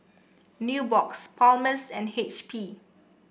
Nubox Palmer's and H P